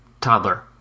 toddler